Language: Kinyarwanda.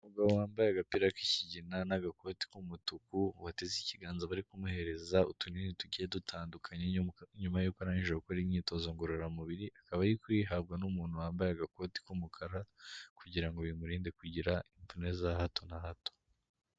Umugabo wambaye agapira k'ikigina n'agakoti k'umutuku, wateze ikiganza bari kumuhereza utunini tugiye dutandukanye nyuma y'uko arangije gukora imyitozo ngororamubiri, akaba ari kuyihabwa n'umuntu wambaye agakoti k'umukara kugira ngo bimurinde kugira imvune za hato na hato.